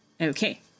Okay